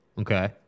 Okay